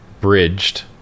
bridged